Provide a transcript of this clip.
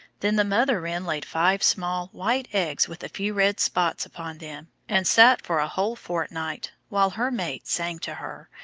then the mother wren laid five small white eggs with a few red spots upon them, and sat for a whole fortnight, while her mate sang to her,